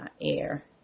air